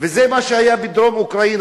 וזה מה שהיה בדרום אוקראינה.